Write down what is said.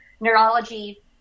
neurology